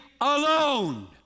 alone